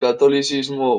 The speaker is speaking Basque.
katolizismo